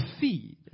feed